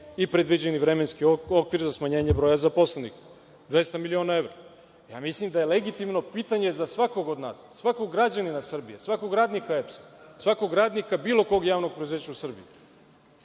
i predviđeni vremenski okvir za smanjenje broja zaposlenih – 200 miliona evra. Ja mislim da je legitimno pitanje za svakog od nas, svakog građanina Srbije, svakog radnika EPS-a, svakog radnika bilo kog javnog preduzeća u Srbiji.